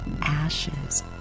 ashes